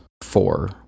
four